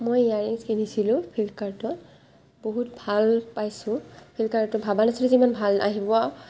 মই ইয়াৰৰিং কিনিছিলোঁ ফ্লিপকাৰ্টত বহুত ভাল পাইছোঁ ফ্লিপকাৰ্টটো ভবা নাছিলোঁ যে ইমান ভাল আহিব